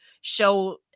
show